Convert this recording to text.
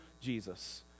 Jesus